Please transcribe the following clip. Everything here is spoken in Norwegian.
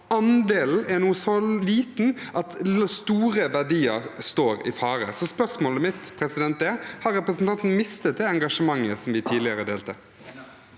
andelen nå er så liten at store verdier står i fare. Så spørsmålet mitt er: Har representanten mistet det engasjementet som vi tidligere delte?